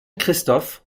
christoph